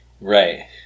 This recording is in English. right